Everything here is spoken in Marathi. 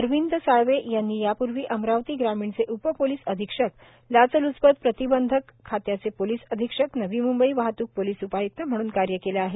अरविंद साळवे यांनी यापूर्वी अमरावती ग्रामीणचे उप पोलीस अधीक्षक लाचलूचपत प्रतिबंधक खात्याचे पोलीस अधीक्षक नवी मुंबई वाहतूक पोलीस उपायुक्त म्हणून कार्य केले आहेत